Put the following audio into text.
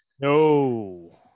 No